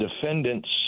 defendant's